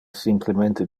simplemente